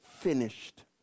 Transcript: finished